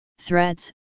threads